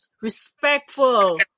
respectful